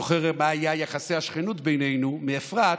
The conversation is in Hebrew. אני זוכר מה היו יחסי השכנות שלנו עם אפרת,